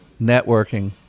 Networking